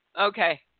Okay